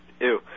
Ew